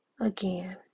again